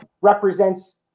represents